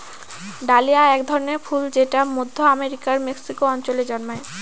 dahlia এক ধরনের ফুল যেটা মধ্য আমেরিকার মেক্সিকো অঞ্চলে জন্মায়